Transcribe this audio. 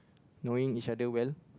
knowing each other well